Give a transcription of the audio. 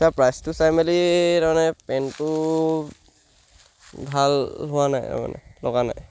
sir প্ৰাইচটো চাই মেলি তাৰমানে পেণ্টটো ভাল হোৱা নাই তাৰমানে লগা নাই